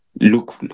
Look